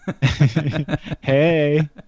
Hey